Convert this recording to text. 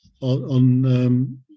on